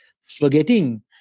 forgetting